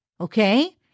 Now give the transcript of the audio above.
Okay